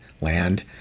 land